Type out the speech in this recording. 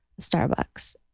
Starbucks